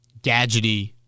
gadgety